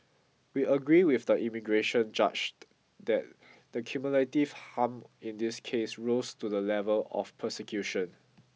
we agree with the immigration judge that the cumulative harm in this case rose to the level of persecution